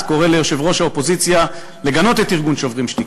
ליושב-ראש האופוזיציה לגנות את ארגון "שוברים שתיקה",